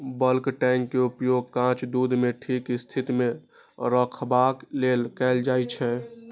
bulk tank के उपयोग कांच दूध कें ठीक स्थिति मे रखबाक लेल कैल जाइ छै